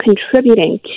contributing